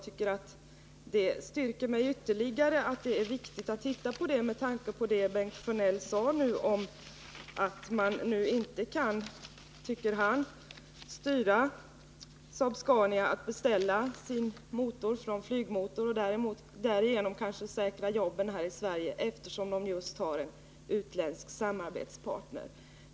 Bengt Sjönell sade nu att han inte tycker att man kan styra Saab-Scania så att företaget beställer sin motor från Volvo Flygmotor och därigenom kanske säkrar jobben här i Sverige — företaget har ju en utländsk samarbetspartner.